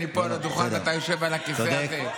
אני פה על הדוכן ואתה יושב על הכיסא הזה.